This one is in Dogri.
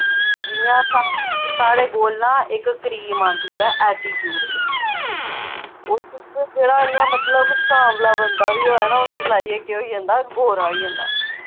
जि'यां साढ़े कोल नां इक क्रीम आंदी ऐ आटिटयूट ओह् जेह्ड़ा मतलब कि इ'यां सांवला बंदा बी होऐ नां उस्सी लाइयै केह् होई जंदा बंदा गौरा होई जंदा